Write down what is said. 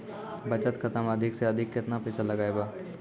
बचत खाता मे अधिक से अधिक केतना पैसा लगाय ब?